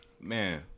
Man